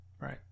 right